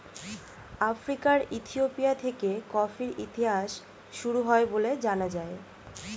আফ্রিকার ইথিওপিয়া থেকে কফির ইতিহাস শুরু হয় বলে জানা যায়